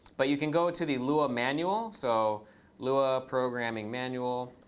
but you can go to the lua manual. so lua programming manual.